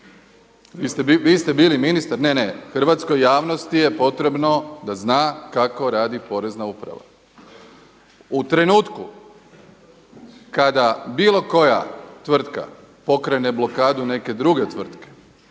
Vi ste bili ministar, ne, ne, hrvatskoj javnosti je potrebno da zna kako radi Porezna uprava. U trenutku kada bilo koja tvrtka pokrene blokadu neke druge tvrtke,